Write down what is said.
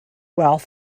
while